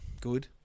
Good